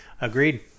Agreed